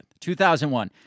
2001